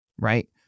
right